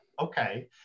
okay